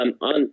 On